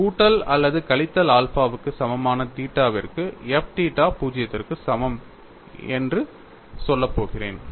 கூட்டல் அல்லது கழித்தல் ஆல்பாவுக்கு சமமான தீட்டாவிற்கு f தீட்டா 0 க்கு சமம் என்று சொல்லப் போகிறேன்